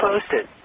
posted